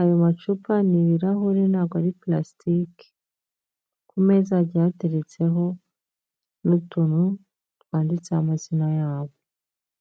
ayo macupa ni ibirahuri ntabwo ari pulasitiki, ku meza hagiye hateretseho n'utuntu twanditseho amazina yabo.